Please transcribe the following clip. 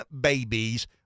babies